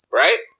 right